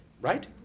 Right